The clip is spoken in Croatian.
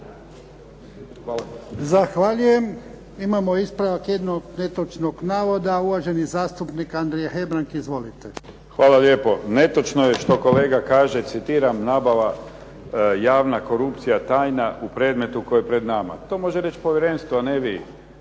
Zahvaljujem. Imamo ispravak jednog netočnog navoda, uvaženi zastupnik Andrija Hebrang. Izvolite. **Hebrang, Andrija (HDZ)** Hvala lijepo. Netočno je što kolega kaže, citiram, nabava, javna korupcija, tajna u predmetu koji je pred nama. To može reći povjerenstvo, a ne vi.